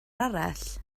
arall